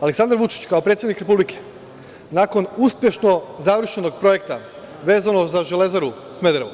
Aleksandar Vučić kao predsednik Republike nakon uspešno završenog projekta vezano za Železaru Smederevo,